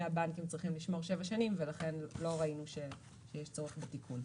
הבנקים צריכים לשמור שבע שנים ולכן לא ראינו שיש צורך בתיקון.